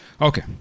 Okay